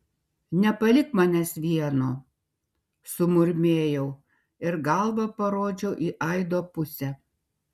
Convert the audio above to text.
nepalik manęs vieno sumurmėjau ir galva parodžiau į aido pusę